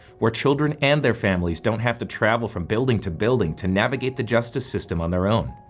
where children and their families don't have to travel from building to building to navigate the justice system on their own.